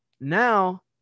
now